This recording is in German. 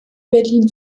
berlin